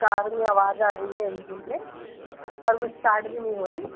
car में आवाज़ आ रही है इंजन में और वह इस्टार्ट भी नहीं हो रही